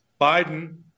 Biden